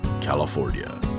California